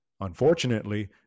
Unfortunately